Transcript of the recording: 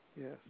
Yes